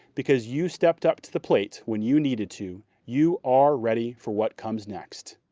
because you stepped up to the plate when you needed to, you are ready for what comes next.